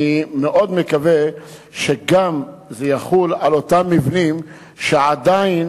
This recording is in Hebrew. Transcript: אני מאוד מקווה שגם זה יחול על אותם מבנים שעדיין